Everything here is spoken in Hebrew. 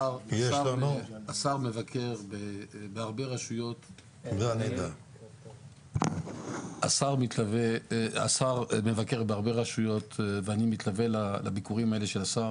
השר מבקר בהרבה רשויות ואני מתלווה לביקורים האלה של השר.